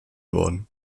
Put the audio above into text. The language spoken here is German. worden